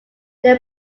they